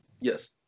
Yes